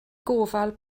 gofal